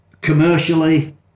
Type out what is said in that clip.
commercially